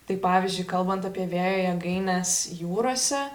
tai pavyzdžiui kalbant apie vėjo jėgaines jūrose